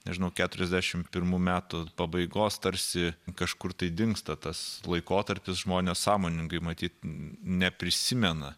nežinau keturiasdešim pirmų metų pabaigos tarsi kažkur dingsta tas laikotarpis žmonės sąmoningai matyt neprisimena